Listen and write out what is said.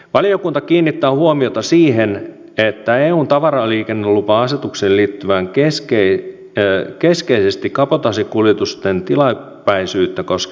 valiokunta kiinnittää huomiota siihen että eun tavaraliikennelupa asetukseen liittyy keskeisesti kabotaasikuljetusten tilapäisyyttä koskeva vaatimus